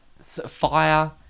fire